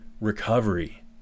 recovery